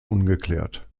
ungeklärt